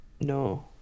No